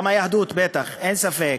גם היהדות, בטח, אין ספק.